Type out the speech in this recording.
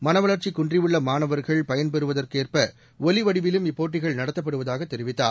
மனவளர்ச்சி குன்றியுள்ள மாணவர்கள் பயன் பெறுவதற்கேற்ப ஒலி வடிவிலும் இப்போட்டிகள் நடத்தப்படுவதாக தெரிவித்தார்